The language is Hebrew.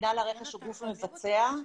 אנחנו גוף רוכש.